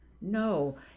No